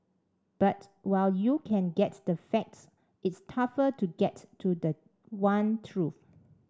but while you can get the facts it's tougher to get to the one truth